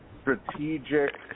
strategic